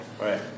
Right